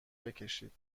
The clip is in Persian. بکشید